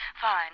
Fine